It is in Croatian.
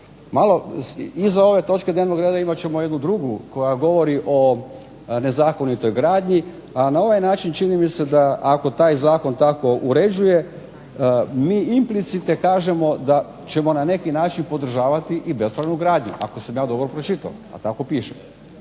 Malo iza ove točke dnevnog reda imat ćemo jednu drugu koja govori o nezakonitoj gradnji, a na ovaj način čini mi se da ako taj zakon tako uređuje, mi implicite kažemo da ćemo na neki način podržavati i bespravnu gradnju, ako sam ja dobro pročitao, a tako piše.